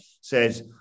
says